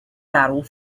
battle